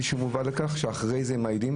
שהוא מובא לשם שאחרי זה הם מעידים.